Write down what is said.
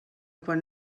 quan